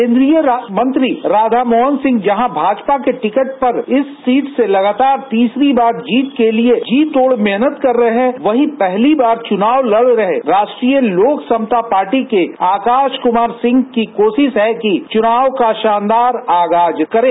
केंद्रीय मंत्री राधामोहन सिंह जहां भाजपा के टिकट पर इस सीट से लगातार तीसरी जीत के लिए जी तोड मेहनत कर रहे हैं वहीं पहली बार चुनाव लड रहे राष्ट्रीय लोक समता पार्टी के आकाश कुमार सिंह की कोशिश है कि चुनाव का शानदार आगाज करें